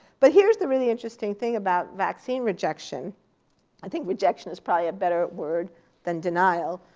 but here's the really interesting thing about vaccine rejection i think rejection is probably a better word than denial.